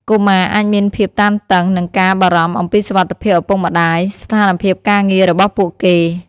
កុមារអាចមានភាពតានតឹង និងការបារម្ភអំពីសុវត្ថិភាពឪពុកម្ដាយ ស្ថានភាពការងាររបស់ពួកគេ។